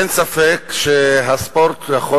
אין ספק שהספורט יכול